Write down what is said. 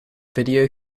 video